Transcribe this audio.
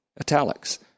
italics